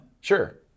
Sure